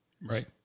Right